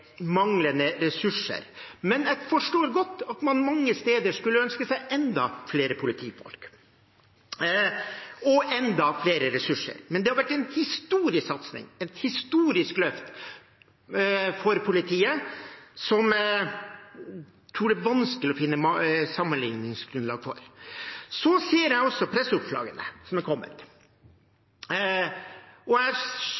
manglende ressurser, men jeg forstår godt at man mange steder skulle ønske seg enda flere politifolk og enda flere ressurser. Men det har vært en historisk satsing og et historisk løft for politiet som jeg tror det er vanskelig å finne sammenligningsgrunnlag for. Så ser jeg også presseoppslagene som er